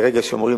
ברגע שאומרים,